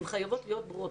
הן חייבות להיות ברורות.